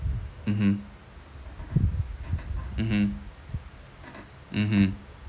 mmhmm mmhmm mmhmm